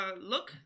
look